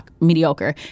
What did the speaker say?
mediocre